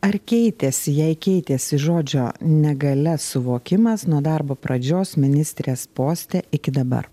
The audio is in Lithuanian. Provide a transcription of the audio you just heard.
ar keitėsi jei keitėsi žodžio negalia suvokimas nuo darbo pradžios ministrės poste iki dabar